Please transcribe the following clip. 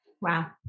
Wow